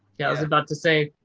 yeah, i was about to say,